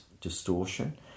distortion